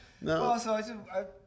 no